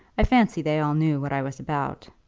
i fancy they all knew what i was about.